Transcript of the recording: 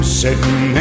sitting